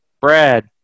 Brad